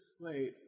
wait